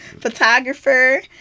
photographer